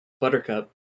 buttercup